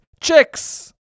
chicks